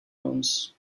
homes